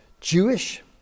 Jewish